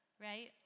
Right